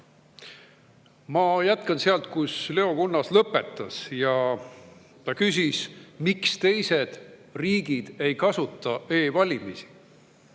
Ma jätkan sealt, kus Leo Kunnas lõpetas. Ta küsis, miks teised riigid ei kasuta e‑valimisi.